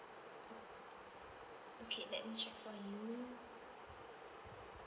okay let me check for you